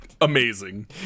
Amazing